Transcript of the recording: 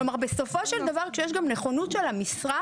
כלומר בסופו של דבר כשיש גם נכוחות של המשרד,